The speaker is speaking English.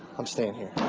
i'm staying here.